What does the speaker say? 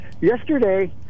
Yesterday